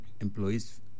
employees